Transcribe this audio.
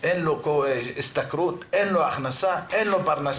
אין לו השתכרות, אין לו הכנסה, אין לו פרנסה.